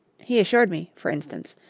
he assured me, for instance,